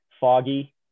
foggy